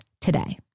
today